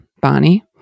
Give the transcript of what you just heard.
Bonnie